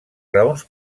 raons